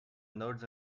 nerds